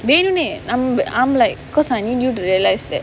வேனுனே:venunae I'm I'm like because I need you to realise that